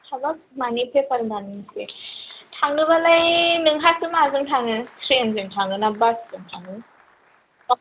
हाबाब मानि पेपारमोन बे थांनोब्लालाय नोंहासो माजों थाङो ट्रेनजों थाङो ना बासजों थाङो